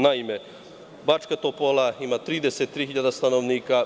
Naime, Bačka Topola ima 33.000 stanovnika.